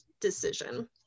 decision